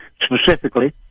specifically